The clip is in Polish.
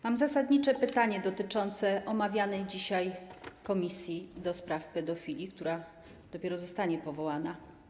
Mam zasadnicze pytanie dotyczące omawianej dzisiaj komisji do spraw pedofilii, która dopiero zostanie powołana.